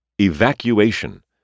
Evacuation